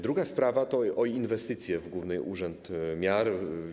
Druga sprawa dotyczy inwestycji w Główny Urząd Miar.